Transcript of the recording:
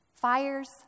Fires